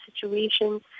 situations